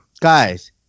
guys